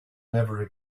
never